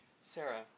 Sarah